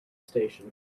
station